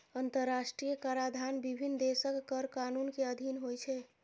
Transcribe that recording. अंतरराष्ट्रीय कराधान विभिन्न देशक कर कानून के अधीन होइ छै